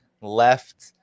left